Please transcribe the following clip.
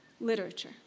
literature